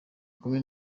kumi